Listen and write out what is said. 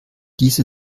diese